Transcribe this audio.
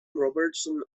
robertson